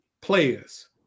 players